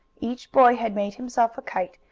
each boy had made himself a kite,